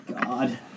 God